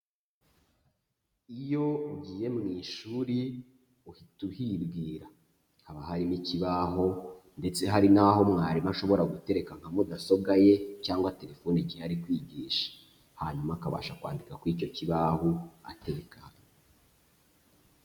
Iyo ugiye mu ishuri uhita uhibwira, haba harimo ikibaho ndetse hari n'aho mwarimu ashobora gutereka nka mudasobwa ye cyangwa telefone igihe ari kwigisha, hanyuma akabasha kwandika kuri icyo kibaho atekanye.